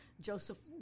joseph